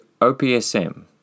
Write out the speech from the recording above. OPSM